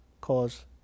cause